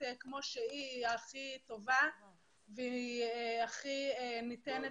כמו שהיא היא הכי טובה והיא הכי ניתנת